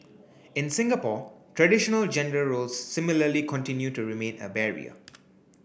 in Singapore traditional gender roles similarly continue to remain a barrier